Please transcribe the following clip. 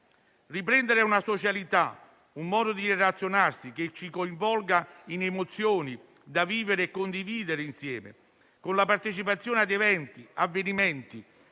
Riprendere una socialità, un modo di relazionarsi che ci coinvolga in emozioni, da vivere e condividere insieme, con la partecipazione ad eventi, avvenimenti,